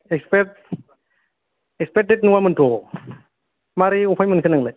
expired expired date नङामोनथ' मारै अफाय मोनखो नोंलाय